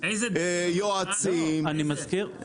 יועצים,